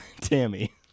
Tammy